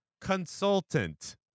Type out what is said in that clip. consultant